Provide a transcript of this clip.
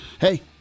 Hey